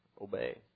obey